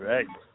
Right